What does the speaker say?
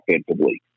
offensively